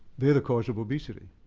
they're the cause of obesity.